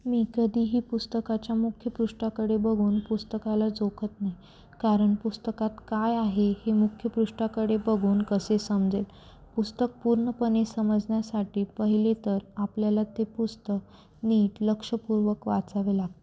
मी कधीही पुस्तकाच्या मुख्यपृष्ठाकडे बघून पुस्तकाला जोखत नाही कारण पुस्तकात काय आहे हे मुख्यपृष्ठाकडे बघून कसे समजेल पुस्तक पूर्णपणे समजण्यासाठी पहिले तर आपल्याला ते पुस्तक नीट लक्षपूर्वक वाचावे लागते